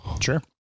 Sure